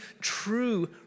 true